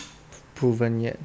proven yet